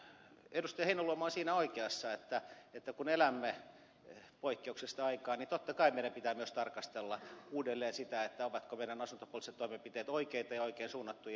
heinäluoma on siinä oikeassa että kun elämme poikkeuksellista aikaa niin totta kai meidän pitää myös tarkastella uudelleen sitä ovatko meidän asuntopoliittiset toimenpiteemme oikeita ja oikein suunnattuja